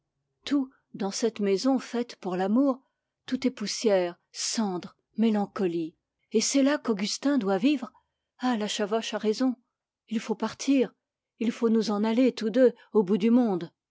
tout dans cette maison faite pour l'amour tout est poussière cendre mélancolie et c'est là qu'augustin doit vivre ah la chavoche a raison il faut partir il faut nous en aller tous deux au bout du monde